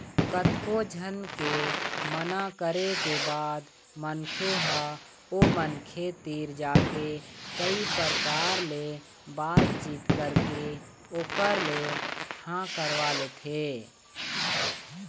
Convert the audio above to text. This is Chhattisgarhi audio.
कतको झन के मना करे के बाद मनखे ह ओ मनखे तीर जाके कई परकार ले बात चीत करके ओखर ले हाँ करवा लेथे